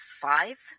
five